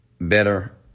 better